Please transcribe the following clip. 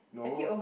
no